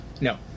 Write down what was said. No